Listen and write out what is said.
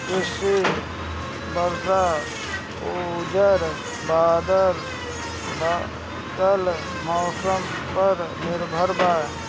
कृषि वर्षा आउर बदलत मौसम पर निर्भर बा